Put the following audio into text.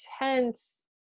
intense